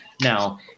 Now